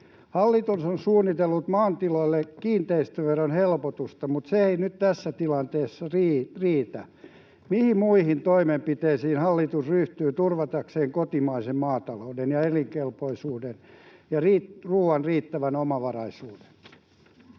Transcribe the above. Hallitus on suunnitellut maatiloille kiinteistöveron helpotusta, mutta se ei nyt tässä tilanteessa riitä. Mihin muihin toimenpiteisiin hallitus ryhtyy turvatakseen kotimaisen maatalouden ja elinkelpoisuuden ja ruoan riittävän omavaraisuuden?